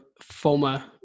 former